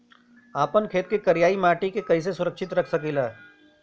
आपन खेत के करियाई माटी के कइसे सुरक्षित रख सकी ला?